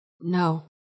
No